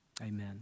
Amen